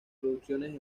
producciones